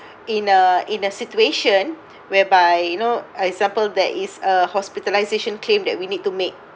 in a in a situation whereby you know example there is a hospitalisation claim that we need to make